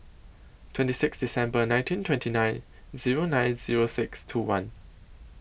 twenty six December nineteen twenty nine Zero nine Zero six two one